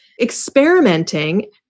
experimenting